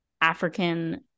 African